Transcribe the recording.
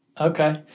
Okay